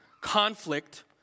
conflict